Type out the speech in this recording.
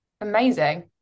Amazing